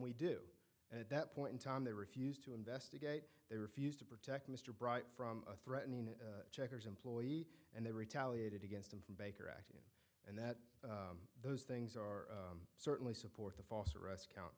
we do at that point in time they refused to investigate they refused to protect mr bright from a threatening checkers employee and they retaliated against him from baker act and that those things are certainly support the false arrest count